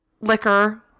liquor